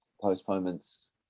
postponements